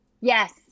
Yes